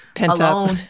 alone